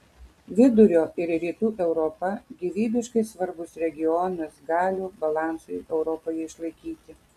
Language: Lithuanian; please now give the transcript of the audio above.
vidurio ir rytų europa gyvybiškai svarbus regionas galių balansui europoje išlaikyti